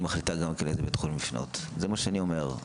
גם מחליטה לאיזה בית חולים לפנות זה מה שאני אומר.